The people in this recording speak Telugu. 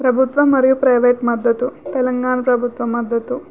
ప్రభుత్వం మరియు ప్రైవేట్ మద్దతు తెలంగాణ ప్రభుత్వ మద్దతు